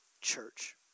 church